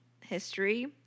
history